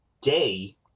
day